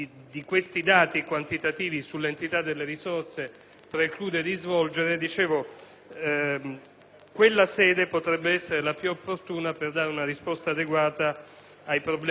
Quella potrebbe essere, invece, la sede più opportuna per dare una risposta adeguata ai problemi che vengono sollevati e per vedere se dipendono da una legislazione nazionale o da linee di indirizzo